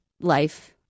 life